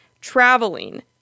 traveling